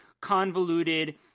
convoluted